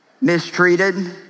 mistreated